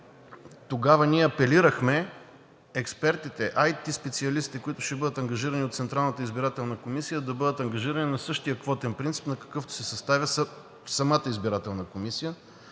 Тогава ние апелирахме експертите – IT специалисти, които ще бъдат ангажирани от Централната избирателна комисия, да бъдат ангажирани на същия квотен принцип, на какъвто се съставя самата избирателна комисия.